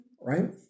Right